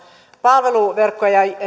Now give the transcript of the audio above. palveluverkko ja